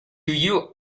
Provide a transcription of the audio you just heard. you